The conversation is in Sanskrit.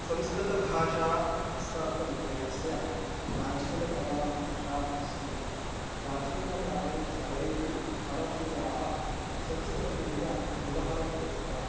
संस्कृतभाषा अस्माकं देशस्य प्राचीनतमा भाषा अस्ति प्राचीनकाले सर्वेऽपि भारतीयाः संस्कृतेन व्यवहरन्ति स्म